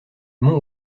mont